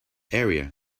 area